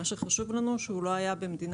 מה שחשוב לנו זה שהוא לא היה במדינה